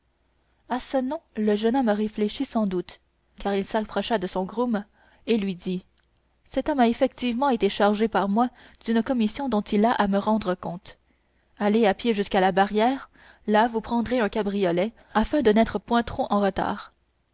à ce nom le jeune homme réfléchit sans doute car il s'approcha de son groom et lui dit cet homme a effectivement été chargé par moi d'une commission dont il a à me rendre compte allez à pied jusqu'à la barrière là vous prendrez un cabriolet afin de n'être point trop en retard